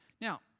Now